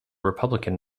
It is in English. republican